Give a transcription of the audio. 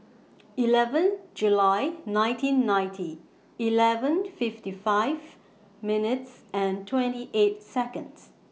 eleven July nineteen ninety eleven fifty five minutes and twenty eight Seconds